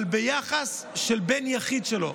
אבל ביחס של בן יחיד שלו.